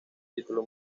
título